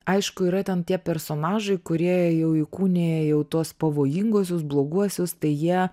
aišku yra ten tie personažai kurie jau įkūnija jau tuos pavojinguosius bloguosius tai jie